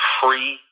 free